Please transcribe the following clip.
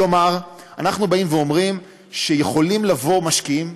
כלומר, אנחנו אומרים שיכולים לבוא משקיעים,